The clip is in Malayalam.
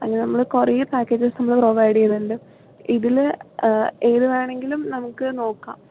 അങ്ങനെ നമ്മൾ കുറെ പാക്കേജസ് നമ്മൾ പ്രൊവൈഡ് ചെയ്യുന്നുണ്ട് ഇതിൽ ഏതു വേണമെങ്കിലും നമുക്ക് നോക്കാം